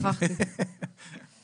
הצבעה לא אושרה.